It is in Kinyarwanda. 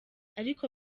ariko